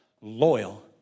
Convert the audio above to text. loyal